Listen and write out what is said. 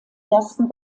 ersten